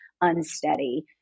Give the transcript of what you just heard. unsteady